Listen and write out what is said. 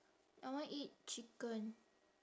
I want eat chicken